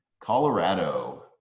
Colorado